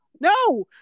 No